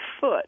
foot